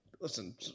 listen